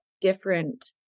different